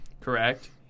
Correct